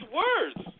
words